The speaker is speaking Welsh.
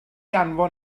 anfon